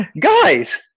guys